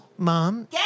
Mom